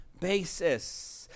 basis